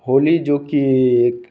होली जो कि एक